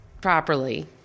properly